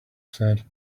said